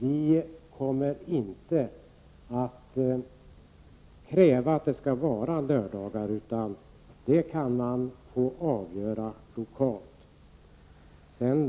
Vi kommer inte att kräva att det skall ske på lördagar, utan det kan man få avgöra lokalt.